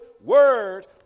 word